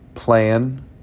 Plan